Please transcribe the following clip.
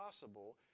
possible